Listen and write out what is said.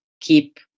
keep